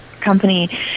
company